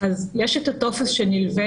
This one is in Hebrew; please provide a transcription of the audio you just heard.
יש טופס שנלווה